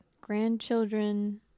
grandchildren